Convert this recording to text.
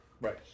right